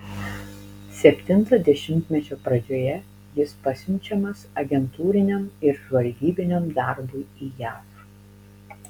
septinto dešimtmečio pradžioje jis pasiunčiamas agentūriniam ir žvalgybiniam darbui į jav